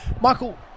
Michael